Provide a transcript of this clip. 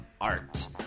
art